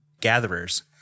gatherers